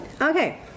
Okay